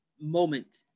moment